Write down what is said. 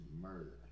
murder